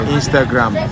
Instagram